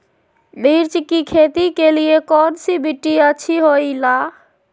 मिर्च की खेती के लिए कौन सी मिट्टी अच्छी होईला?